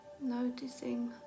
noticing